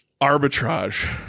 arbitrage